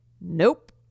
Nope